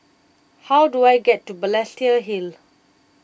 how do I get to Balestier Hill